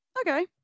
Okay